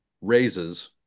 raises